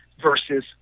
versus